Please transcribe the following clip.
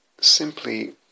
simply